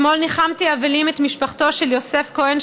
אתמול ניחמתי אבלים את משפחתו של יוסף כהן,